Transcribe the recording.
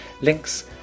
links